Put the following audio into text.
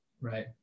Right